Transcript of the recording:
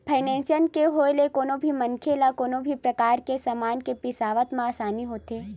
finance के होय ले कोनो भी मनखे ल कोनो भी परकार के समान के बिसावत म आसानी होथे